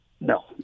No